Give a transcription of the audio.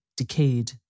decayed